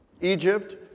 Egypt